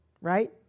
right